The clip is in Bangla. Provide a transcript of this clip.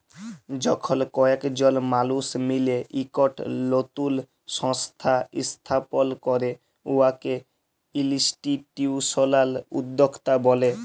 যখল কয়েকজল মালুস মিলে ইকট লতুল সংস্থা ইস্থাপল ক্যরে উয়াকে ইলস্টিটিউশলাল উদ্যক্তা ব্যলে